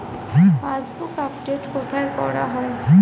Passbook update কোথায় করা হয়?